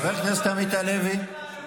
חבר הכנסת עמית הלוי,